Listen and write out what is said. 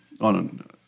On